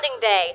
day